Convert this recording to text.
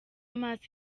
amaso